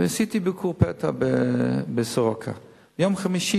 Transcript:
ועשיתי ביקור פתע ב"סורוקה"; ביום חמישי